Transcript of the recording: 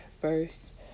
First